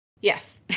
Yes